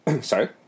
Sorry